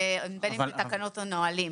בין אם אלה תקנות או נהלים.